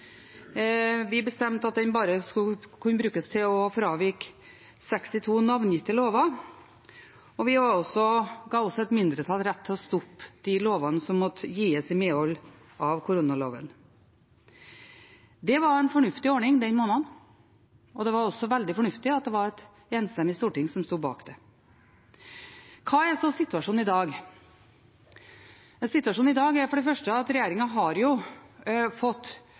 Vi bestemte at den bare skulle kunne brukes til å fravike 62 navngitte lover. Vi ga også et mindretall rett til å stoppe de lovene som måtte gis i medhold av koronaloven. Det var en fornuftig ordning den måneden. Det var også veldig fornuftig at det var et enstemmig storting som sto bak det. Hva er så situasjonen i dag? Situasjonen i dag er for det første at regjeringen har fått